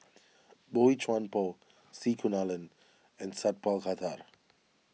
Boey Chuan Poh C Kunalan and Sat Pal Khattar